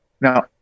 Now